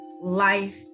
life